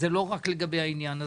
אבל זה לא רק לגבי העניין הזה.